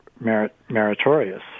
meritorious